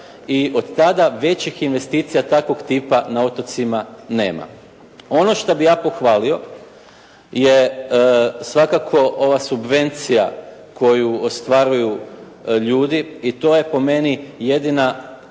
i od tada većih investicija takvog tipa na otocima nema. Ono što bih ja pohvalio je svakako ova subvencija koju ostvaruju ljudi i to je po meni jedina,